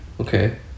Okay